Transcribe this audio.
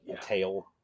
tail